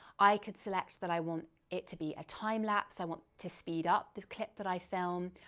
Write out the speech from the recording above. i could select that i want it to be a time lapse, i want to speed up the clip that i film.